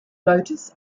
lotus